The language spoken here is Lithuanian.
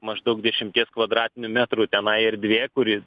maždaug dešimties kvadratinių metrų tenai erdvė kuri